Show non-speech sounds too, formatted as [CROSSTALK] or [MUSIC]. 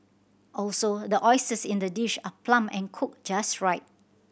also the [UNINTELLIGIBLE] in the dish are plump and cooked just right